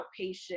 outpatient